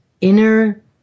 inner